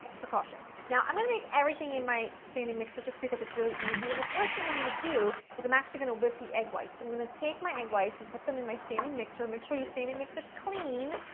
precaution. now i'm going to make everything in my standing mixer just because it's really easy, and the first thing i'm going to do, is i'm actually going to whip the egg whites. i'm going to take my egg whites and put them in my standing mixer, make sure your standing mixer is clean.